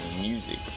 music